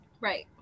right